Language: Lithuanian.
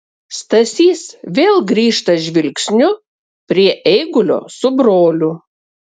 stasys vėl grįžta žvilgsniu prie eigulio su broliu